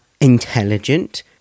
intelligent